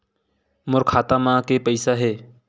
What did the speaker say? मोर खाता म के पईसा हे?